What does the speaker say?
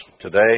today